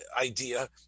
idea